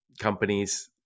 companies